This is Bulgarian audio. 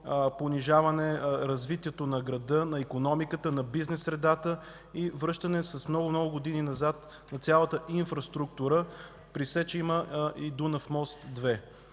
понижаване развитието на града, на икономиката, на бизнес средата и връщане с много, много години назад на цялата инфраструктура, при все, че има и Дунав мост 2.